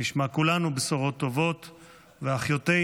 נשמע כולנו בשורות טובות ושאחיותינו,